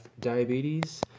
diabetes